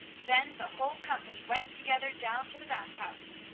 then the whole company went together down to the bath house.